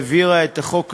שהעבירה את החוק הזה.